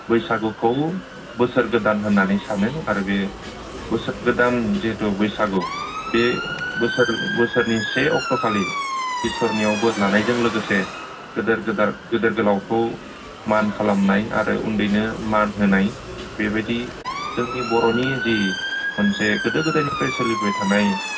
बैसागुखौ बोसोर गोदान होननानै सानो आरो बे बोसोर गोदान जिहेथु बैसागु बे बोसोरनि से अक्ट' खालि इसोरनियाव बोर लानायजों लोगोसे गोदोर गोलावखौ मान खालामनाय आरो उन्दैनो मान होनाय बेबायदि जोंनि बर'नि जि मोनसे गोदो गोदायनिफ्रायनो सोलिबोबाय थानाय